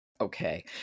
Okay